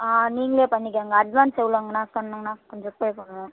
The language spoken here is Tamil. ஆ நீங்களே பண்ணிக்கங்க அட்வான்ஸ் எவ்வளோங்கண்ணா சொன்னிங்கன்னா கொஞ்சம் பே பண்ணுவோம்